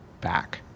back